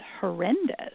horrendous